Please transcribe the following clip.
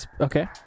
Okay